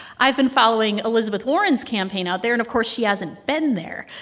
i've been following elizabeth warren's campaign out there, and of course, she hasn't been there.